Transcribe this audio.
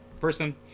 person